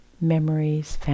memories